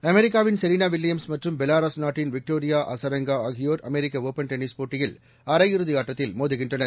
அமெரிக்காவின் செரினாவில்லியம்ஸ் மற்றும் பெலாரஸ் நாட்டின் விக்டோரியாஅசரெங்காஆகியோர் அமெரிக்கடுபள் டென்னிஸ் போட்டியில் அரையிறுதிஆட்டத்தில் மோதுகின்றனர்